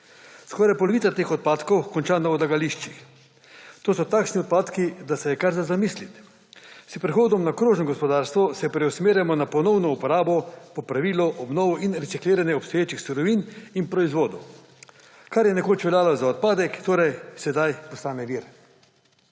Skoraj polovica teh odpadkov konča na odlagališčih. To so takšni odpadki, da se je kar za zamisliti. S prehodom na krožno gospodarstvo se preusmerjamo na ponovno uporabo, popravilo, obnov in recikliranja obstoječih surovin in proizvodov. Kar je nekoč veljalo za odpadek, torej sedaj postane vir.